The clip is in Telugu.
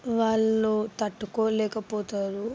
వాళ్ళు తట్టుకోలేకపోతారు